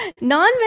Non